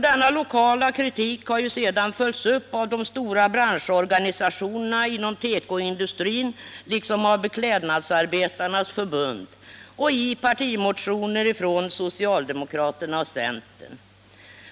Denna lokala kritik har ju sedan följts upp av de stora branschorganisationerna inom tekoindustrin liksom av Beklädnadsarbetarnas förbund och i partimotioner från socialdemokraterna och centern.